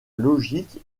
logique